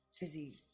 busy